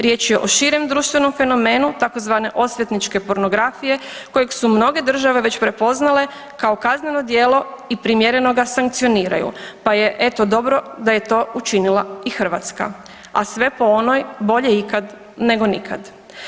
Riječ je o širem društvenom fenomenu, tzv. osvetničke pornografije kojeg su mnoge države već prepoznale kao kazneno djelo i primjereno ga sankcioniraju, pa je, eto, dobro da je to učinila i Hrvatska, a sve po onoj, bolje ikad nego nikad.